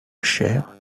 chaire